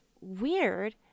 weird